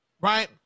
right